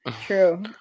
True